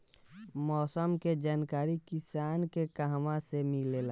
मौसम के जानकारी किसान के कहवा से मिलेला?